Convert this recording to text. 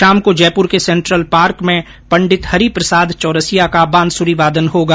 शाम को जयपुर के सैन्ट्रल पार्क में पंडित हरिप्रसाद चोरसिया का बांसूरी वादन होगा